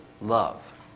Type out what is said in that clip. love